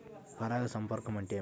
పరాగ సంపర్కం అంటే ఏమిటి?